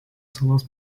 salos